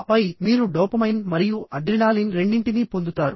ఆపై మీరు డోపమైన్ మరియు అడ్రినాలిన్ రెండింటినీ పొందుతారు